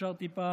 אפשר טיפה,